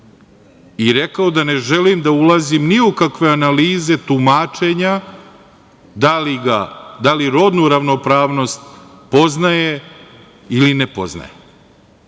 i rekao da ne želim da ulazim ni u kakve analize tumačenja, da li rodnu ravnopravnost poznaje ili ne poznaje.